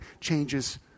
changes